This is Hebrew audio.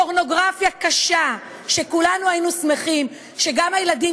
פורנוגרפיה קשה שכולנו היינו שמחים שגם הילדים